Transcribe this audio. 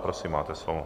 Prosím, máte slovo.